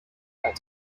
that